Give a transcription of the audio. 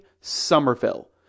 Somerville